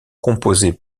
composés